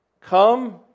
come